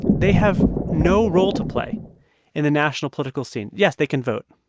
they have no role to play in the national political scene. yes, they can vote,